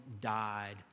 died